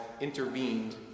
intervened